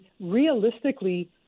realistically